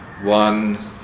one